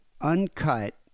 Uncut